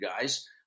guys